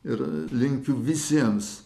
ir linkiu visiems